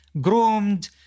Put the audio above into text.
groomed